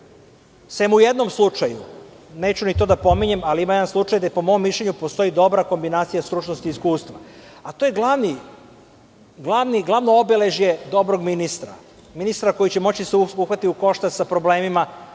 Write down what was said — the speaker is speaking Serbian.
osim u jednom slučaju, neću ni to da pominjem, ali ima jedan slučaj, gde po mom mišljenju postoji dobra kombinacija stručnosti i iskustva, a to je glavno obeležje dobrog ministra, ministra koji će moći da se uhvati u koštac sa problemima